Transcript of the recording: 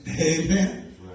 Amen